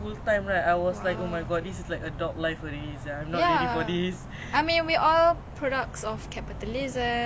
we are like on a train